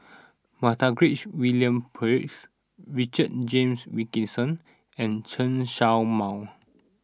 Montague William Pett Richard James Wilkinson and Chen Show Mao